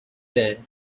there